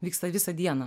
vyksta visą dieną